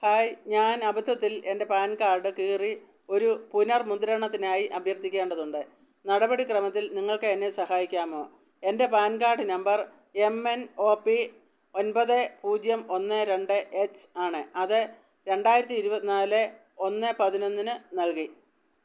hi ഞാൻ അബദ്ധത്തിൽ എൻ്റെ പാൻ കാർഡ് കീറി ഒരു പുനർമുദ്രണത്തിനായി അഭ്യർത്ഥിക്കേണ്ടതുണ്ട് നടപടിക്രമത്തിൽ നിങ്ങൾക്ക് എന്നെ സഹായിക്കാമോ എൻ്റെ PAN card number M N O P ഒൻപത് പൂജ്യം ഒന്ന് രണ്ട് എച്ച് ആണ് അത് രണ്ടായിരത്തി ഇരുപത്തിനാല് ഒന്ന് പതിനൊന്നിന് നൽകി